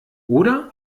oder